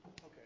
Okay